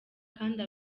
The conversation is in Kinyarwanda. kandi